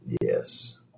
Yes